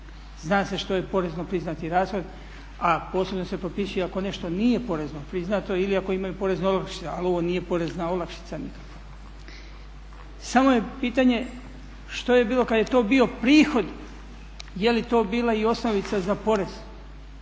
Zna se što je porezno priznati rashod, a posebno se propisuje ako nešto nije porezno priznato ili ako imaju porezne olakšice, ali ovo nije porezna olakšica nikakva. Samo je pitanje što je bilo kada je to bio prihod, jeli to bila i osnovica za porez